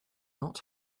not